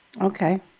Okay